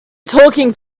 talking